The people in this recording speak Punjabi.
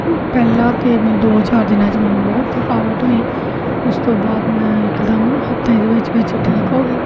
ਪਹਿਲਾਂ ਤਾਂ ਮੈਂ ਦੋ ਚਾਰ ਦਿਨਾਂ 'ਚ ਮੈਨੂੰ ਬਹੁਤ ਥਕਾਵਟ ਹੋਈ ਉਸ ਤੋਂ ਬਾਅਦ ਮੈਂ ਇਕਦਮ ਹਫਤੇ ਦੇ ਵਿੱਚ ਵਿੱਚ ਠੀਕ ਹੋ ਗਈ